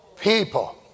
people